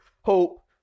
hope